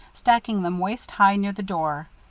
stacking them waist high near the door.